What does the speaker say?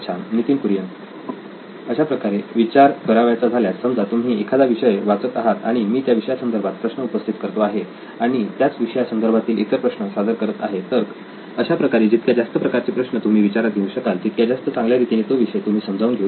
नितीन कुरियन अशाप्रकारे विचार करावयाचा झाल्यास समजा तुम्ही एखादा विषय वाचत आहात आणि मी त्या विषयासंदर्भात प्रश्न उपस्थित करतो आहे आणि त्याच विषया संदर्भातील इतर प्रश्न सादर करत आहे तर अशाप्रकारे जितक्या जास्त प्रकारचे प्रश्न तुम्ही विचारात घेऊ शकाल इतक्या जास्त चांगल्या रीतीने तो विषय तुम्ही समजावून घेऊ शकाल